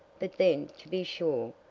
but then, to be sure,